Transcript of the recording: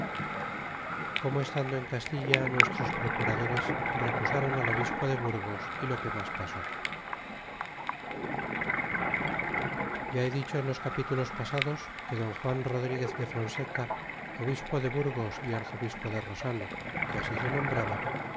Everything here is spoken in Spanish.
como estando en castilla nuestros procuradores recush al obispo de burgos y lo que mas pasd ya he dicho en los capítulos pasados que den juan rodríguez de fonseca obispo de burgos arzobispo de rosano que así se nombraba